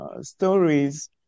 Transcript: stories